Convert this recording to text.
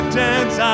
dance